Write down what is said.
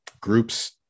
groups